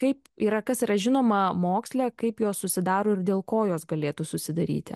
kaip yra kas yra žinoma moksle kaip jos susidaro ir dėl ko jos galėtų susidaryti